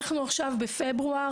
אנחנו עכשיו בחודש פברואר,